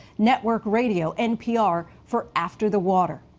network radio npr for after the water.